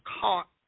caught